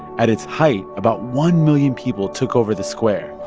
at its height, about one million people took over the square